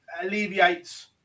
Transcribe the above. alleviates